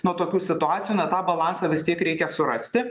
nuo tokių situacijų na tą balansą vis tiek reikia surasti